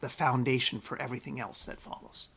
the foundation for everything else that falls